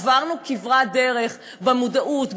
עברנו כברת דרך במודעות,